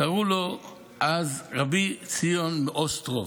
קראו לו אז רבי בן ציון מאוסטרוב,